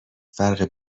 فرق